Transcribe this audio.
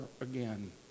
again